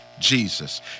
Jesus